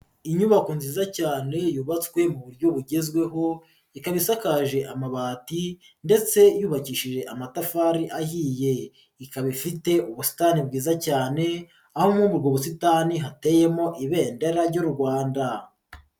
inyubako nziza cyane yubatswe mu buryo bugezweho, ikaba isakaje amabati ndetse yubakishije amatafari ahiye, ikaba ifite ubusitani bwiza cyane aho muri ubwo busitani hateyemo ibendera ry'u Rwanda.